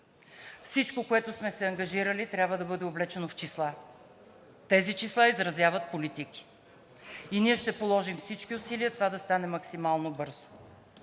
Всичко, което сме се ангажирали, трябва да бъде облечено в числа. Тези числа изразяват политики и ние ще положим всички усилия това да стане максимално бързо.